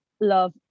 love